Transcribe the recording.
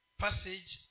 passage